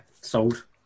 sold